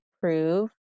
prove